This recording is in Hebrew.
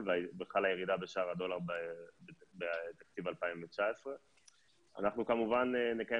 וחלה ירידה בשער הדולר בתקציב 2019. אנחנו כמובן נקיים